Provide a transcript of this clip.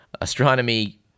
astronomy